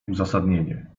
uzasadnienie